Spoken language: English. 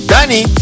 Danny